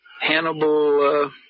Hannibal